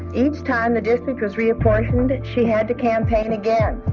each time the district was reapportioned, she had to campaign again.